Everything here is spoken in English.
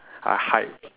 uh hide